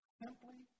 simply